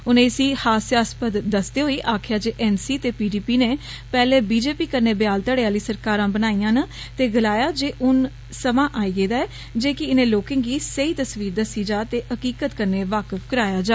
उनें इसी हासयासपंद दस्सदे होई आक्खेआ जे एन सी ते पीडीपी ने पैहले बीजेपी कन्नै ब्याल घड़े आह्ली सरकारा बनाईया न ते गलाया जे हुन समां आई गेया जे की इनें लोकें गी स्हेई तसवीर दस्सी जां ते हकीकत कन्नै वाकफ कराया जा